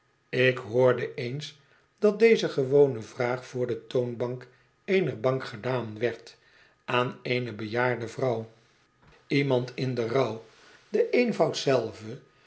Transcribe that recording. ik hoorde eens dat deze gewone vraag voor de toonbank eener bank gedaan werd aan eene bejaarde vrouw iemand in den rouw de eenvoud zelve